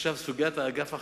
עכשיו סוגיית האגף החדש.